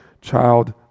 child